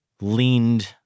leaned